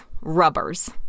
rubbers